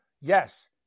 yes